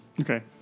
Okay